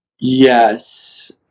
Yes